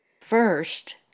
First